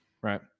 right